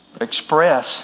express